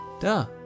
Duh